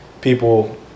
people